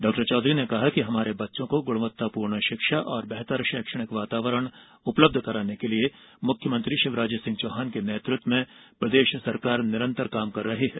doctor Chaudhary ने कहा कि हमारे बच्चों को गुणवत्तापूर्ण शिक्षा और बेहतर शैक्षणिक वातावरण उपलब्ध कराने के लिए मुख्यमंत्री शिवराज सिंह के नेतृत्व में प्रदेश सरकार निरंतर काम कर रही है